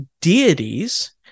deities